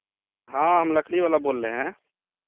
हाँ हम लकड़ी वाला बोल रहे हैं